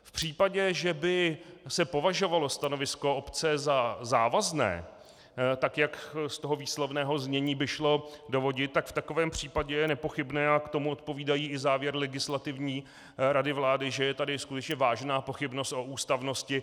V případě, že by se považovalo stanovisko obce za závazné, tak jak z toho výslovného znění by šlo dovodit, tak v takovém případě je nepochybné, a tomu odpovídají i závěry Legislativní rady vlády, že je tady skutečně vážná pochybnost o ústavnosti.